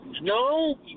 No